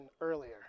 earlier